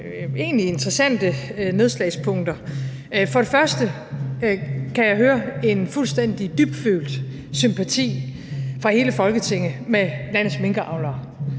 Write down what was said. egentlig interessante nedslagspunkter. For det første kan jeg høre en fuldstændig dybfølt sympati med landets minkavlere